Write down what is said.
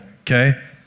Okay